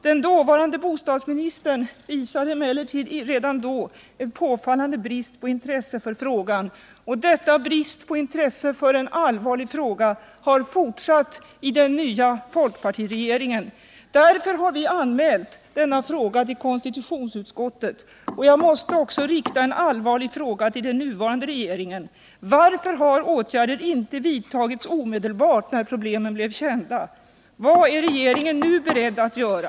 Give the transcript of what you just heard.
Den dåvarande bostadsministern visade emellertid redan då ett påfallande ointresse för frågan. Denna brist på intresse för en allvarlig fråga har fortsatt i den nya regeringen. Därför har vi anmält denna sak till konstitutionsutskottet. Därför måste jag också rikta två allvarliga frågor till den nuvarande regeringen: Varför vidtogs inte åtgärder omedelbart, när dessa problem blev kända?